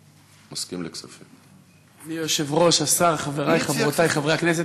אדוני היושב-ראש, השר, חברי וחברותי חברי הכנסת,